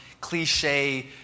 cliche